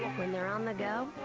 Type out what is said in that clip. when they're on the go,